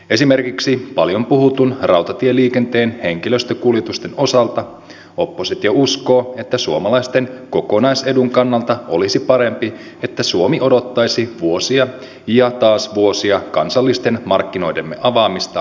esimerkiksi paljon puhutun rautatieliikenteen henkilöstökuljetusten osalta oppositio uskoo että suomalaisten kokonaisedun kannalta olisi parempi että suomi odottaisi vuosia ja taas vuosia kansallisten markkinoidemme avaamista kilpailulle